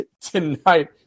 tonight